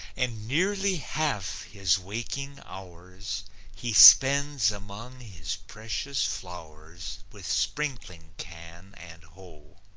and nearly half his waking hours he spends among his precious flowers with sprinkling can and hoe.